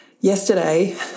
yesterday